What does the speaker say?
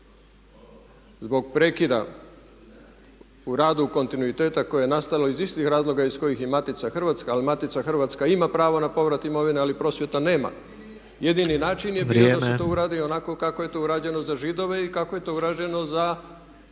zbog prekida u radu kontinuiteta koje je nastalo iz istih razloga iz kojih i Matica hrvatska, ali Matica hrvatska ima pravo na povrat imovine ali Prosvjeta nema. Jedini način je bio da se to uradi onako kako je to urađeno za Židove i kako je to urađeno za